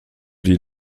die